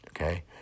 okay